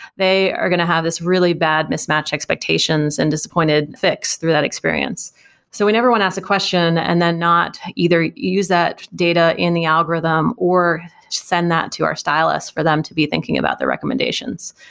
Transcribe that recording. they are going to have this really bad mismatched expectations and disappointed fix through that experience so whenever one asks a question and then not, either you use that data in the algorithm, or send that to our stylist for them to be thinking about the recommendations.